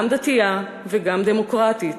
גם דתייה וגם דמוקרטית.